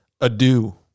Adieu